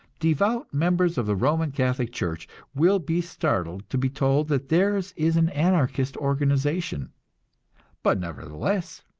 devout members of the roman catholic church will be startled to be told that theirs is an anarchist organization but nevertheless,